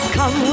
Come